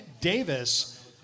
Davis